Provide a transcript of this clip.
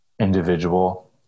individual